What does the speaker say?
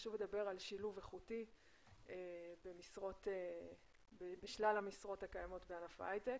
חשוב לדבר על שילוב איכותי בשלל המשרות הקיימות בענף ההייטק